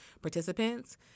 participants